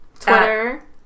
Twitter